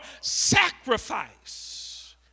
sacrifice